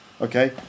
Okay